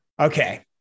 Okay